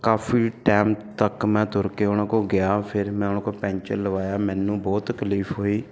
ਕਾਫੀ time ਤੱਕ ਮੈਂ ਤੁਰ ਕੇ ਉਹਨਾਂ ਕੋਲ ਗਿਆ ਫਿਰ ਮੈਂ ਉਹਨਾਂ ਕੋਲ ਪੈਂਚਰ ਲਵਾਇਆ ਮੈਨੂੰ ਬਹੁਤ ਤਕਲੀਫ ਹੋਈ